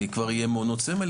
כבר יהיה מעונות סמל,